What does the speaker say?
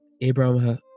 Abraham